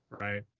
right